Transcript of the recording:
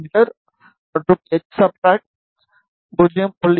me என்றும் H substrate 0